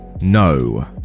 No